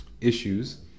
issues